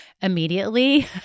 immediately